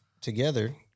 together